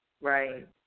Right